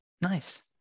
Nice